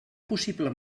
possible